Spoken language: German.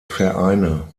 vereine